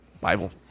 Bible